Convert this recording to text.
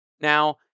Now